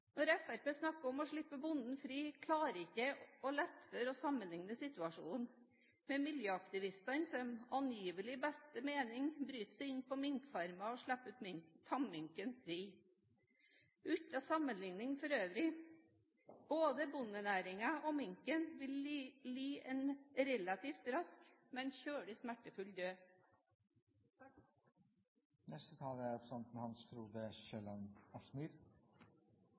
Når Fremskrittspartiet snakker om å slippe bonden fri, klarer jeg ikke å la være å sammenlikne situasjonen med miljøaktivistene som angivelig i beste mening bryter seg inn på minkfarmer og slipper tamminken fri. Uten sammenlikning for øvrig: Både bondenæringen og minken vil lide en relativt rask, men veldig smertefull, død. Representanten Hans Frode